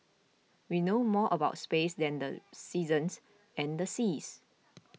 we know more about space than the seasons and the seas